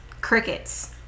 Crickets